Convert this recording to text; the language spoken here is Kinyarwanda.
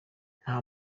nta